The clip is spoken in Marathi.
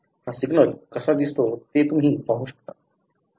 हा सिग्नल कसा दिसतो ते तुम्ही पाहू शकता